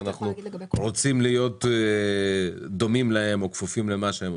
ואנחנו רוצים להיות דומים להם או כפופים למה שהם עושים?